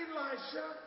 Elisha